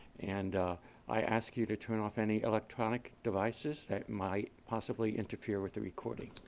and i ask you to turn off any electronic devices that might possibly interfere with the recording.